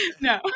no